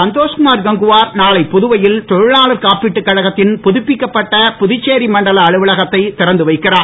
சந்தோஷ் குமார் கங்குவார் நாளை புதுவையில் தொழிலாளர் காப்பீட்டுக் கழகத்தின் புதுப்பிக்கப்பட்ட புதுச்சேரி மண்டல அலுவலகத்தை திறந்து வைக்கிறார்